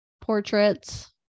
portraits